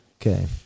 Okay